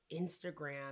Instagram